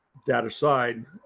that aside,